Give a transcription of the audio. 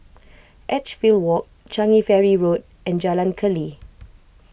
Edgefield Walk Changi Ferry Road and Jalan Keli